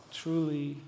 truly